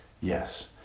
Yes